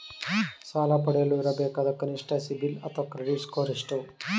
ಸಾಲ ಪಡೆಯಲು ಇರಬೇಕಾದ ಕನಿಷ್ಠ ಸಿಬಿಲ್ ಅಥವಾ ಕ್ರೆಡಿಟ್ ಸ್ಕೋರ್ ಎಷ್ಟು?